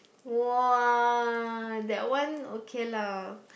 !wow! that one okay lah